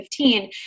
2015